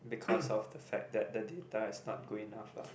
because of the fact that the data is not good enough lah